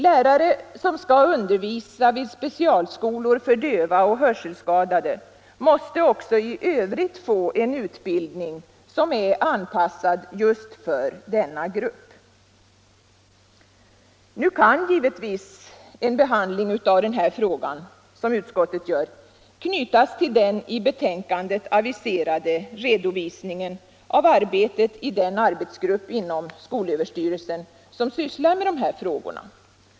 Lärare som skall undervisa vid specialskolor för döva och hörselskadade måste också i övrigt få utbildning som är anpassad just för denna grupp. Nu kan man givetvis — som utskottet gör — knyta en behandling av den här frågan till den i betänkandet aviserade redovisningen av arbetet i den arbetsgrupp inom skolöverstyrelsen som sysslar med dessa ting.